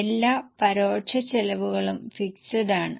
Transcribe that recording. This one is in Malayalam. എല്ലാ പരോക്ഷ ചെലവുകളും ഫിക്സഡ് ആണ്